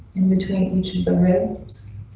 in between each of the rooms.